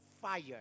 fire